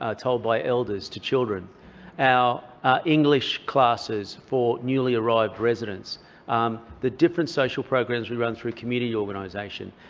ah told by elders to children our english classes for newly arrived residents the different social programs we run through community organisation.